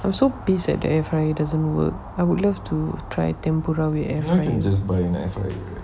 I am so piss at the air fryer doesn't work I would love to try tempura with air fryer